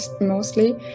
mostly